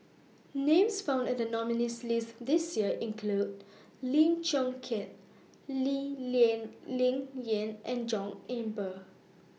Names found in The nominees' list This Year include Lim Chong Keat Lee Lian Ling Yen and John Eber